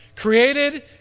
created